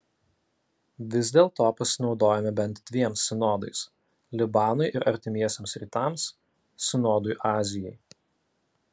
vis dėlto pasinaudojome bent dviem sinodais libanui ir artimiesiems rytams sinodui azijai